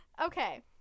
Okay